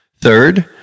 Third